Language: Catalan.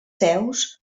seus